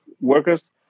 workers